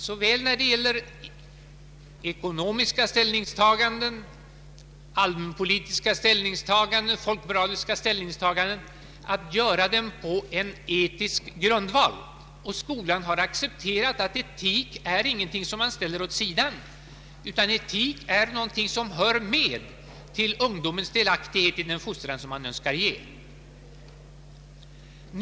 Såväl ekonomiska ställningstaganden som allmänpolitiska ställningstaganden och folkmoraliska ställningstaganden måste göras på en etisk grundval. Skolan har accepterat att etik inte är någonting som man ställer åt sidan, utan någonting som hör till ungdomens delaktighet i den fostran man önskar ge.